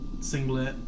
Singlet